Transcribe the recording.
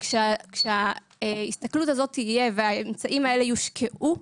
כשההסתכלות הזאת תהיה והאמצעים האלה יושקעו,